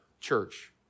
church